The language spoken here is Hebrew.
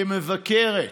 כמבקרת,